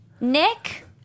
Nick